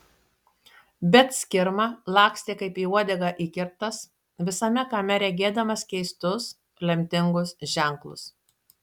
bet skirma lakstė kaip į uodegą įkirptas visame kame regėdamas keistus lemtingus ženklus